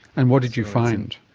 and what did you find?